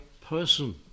person